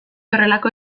horrelako